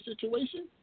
situation